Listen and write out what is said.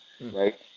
right